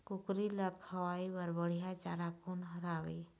कुकरी ला खवाए बर बढीया चारा कोन हर हावे?